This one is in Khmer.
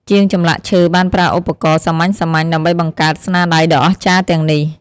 ជាងចម្លាក់ឈើបានប្រើឧបករណ៍សាមញ្ញៗដើម្បីបង្កើតស្នាដៃដ៏អស្ចារ្យទាំងនេះ។